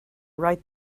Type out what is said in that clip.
write